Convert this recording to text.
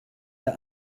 der